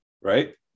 right